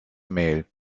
mail